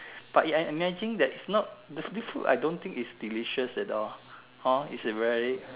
but I I imagine that it's not this this food don't think is delicious at all hor it is very